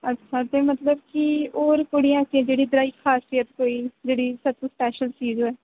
अच्छा ते मतलब कि होर केह्ड़ी ऐसी ऐ जेह्ड़ी इद्धरै दी खासियत कोई जेह्ड़ी सबतूं स्पेशल चीज होऐ